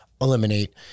eliminate